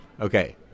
Okay